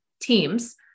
Teams